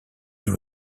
dans